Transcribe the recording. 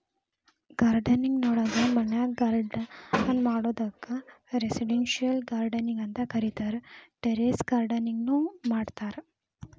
gardening ನೊಳಗ ಮನ್ಯಾಗ್ garden ಮಾಡೋದಕ್ಕ್ ರೆಸಿಡೆಂಟಿಯಲ್ ಗಾರ್ಡನಿಂಗ್ ಅಂತ ಕರೇತಾರ, ಟೆರೇಸ್ ಗಾರ್ಡನಿಂಗ್ ನು ಮಾಡ್ತಾರ